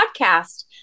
podcast